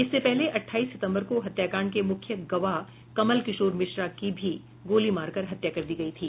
इससे पहले अठाइस सितंबर को हत्याकांड के मुख्य गवाह कमल किशोर मिश्रा की भी गोली मार कर हत्या कर दी गयी थी